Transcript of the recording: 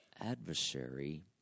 adversary